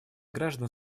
граждан